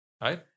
right